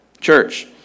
Church